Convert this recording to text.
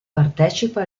partecipa